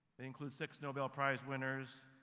they include six nobel prize winners,